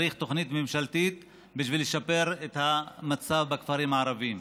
צריך תוכנית ממשלתית בשביל לשפר את המצב בכפרים הערביים,